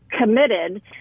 committed